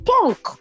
punk